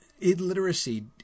illiteracy